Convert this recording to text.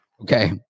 Okay